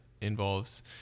involves